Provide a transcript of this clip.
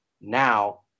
now